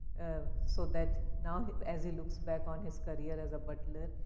so, that now as he looks back on his career as a butler,